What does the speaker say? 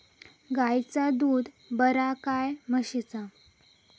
गायचा दूध बरा काय म्हशीचा?